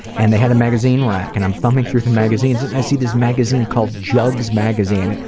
and they had a magazine rack, and i'm thumbing through the magazines, and i see this magazine called jugs magazine. and